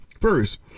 First